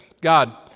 God